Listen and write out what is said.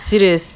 serious